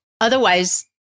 otherwise